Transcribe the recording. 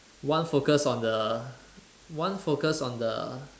one focus on the one focus on the